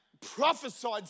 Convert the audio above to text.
prophesied